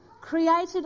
created